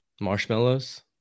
Marshmallows